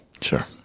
Sure